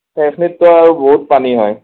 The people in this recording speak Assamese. সেইখিনিত তো আৰু বহুত পানী হয়